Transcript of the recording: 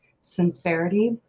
sincerity